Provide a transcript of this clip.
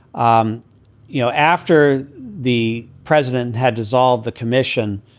um you know, after the president had dissolved, the commission,